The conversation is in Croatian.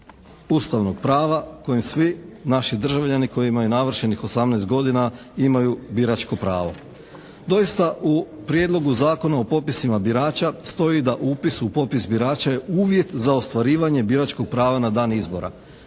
ustavnog prava kojim svi naši državljani koji imaju navršenih 18 godina imaju biračko pravo. Doista u Prijedlogu zakona o popisima birača stoji da upis u popis birača je uvjet za ostvarivanje biračkog prava na dan izbora.